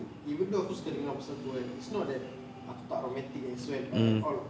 even though aku suka dengar pasal tu kan it's not that aku tak romantic as well at all [tau]